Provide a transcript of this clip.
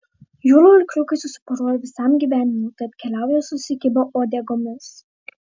jūrų arkliukai susiporuoja visam gyvenimui tad keliauja susikibę uodegomis